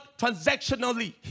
transactionally